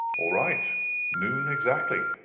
all right noon exactly,